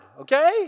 okay